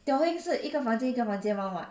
teo heng 一个房间一个房间 [one] [what]